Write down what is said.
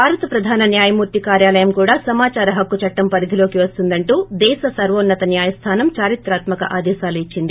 భారత ప్రధాన న్యాయమూర్తి సీజేఐ కార్యాలయం కూడా సమాచార హక్కు ఆర్టీఐ చట్లం పరిధిలోకి వస్తుందంటూ దేశ సర్వోన్నత న్యాయస్థానం చరిత్రాత్మక ఆదేశాలు ఇచ్చింది